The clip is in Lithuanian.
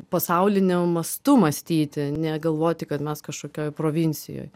pasauliniu mastu mąstyti ne galvoti kad mes kažkokioj provincijoj